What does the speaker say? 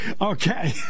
okay